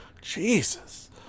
Jesus